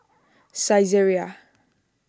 Saizeriya